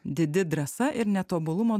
didi drąsa ir netobulumo